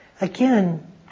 again